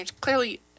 clearly